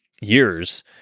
years